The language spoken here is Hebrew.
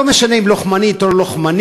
לא משנה אם לוחמנית או לא לוחמנית,